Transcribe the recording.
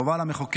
חובה על המחוקק,